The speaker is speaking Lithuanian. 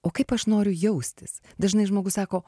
o kaip aš noriu jaustis dažnai žmogus sako